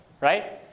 Right